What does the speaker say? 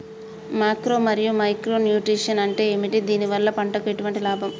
Macro మరియు micro nutrients అంటే ఏమిటి? దీనివల్ల పంటకు ఎటువంటి లాభం?